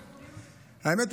האמת,